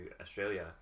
Australia